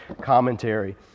Commentary